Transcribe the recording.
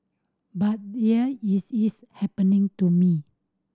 but here it is happening to me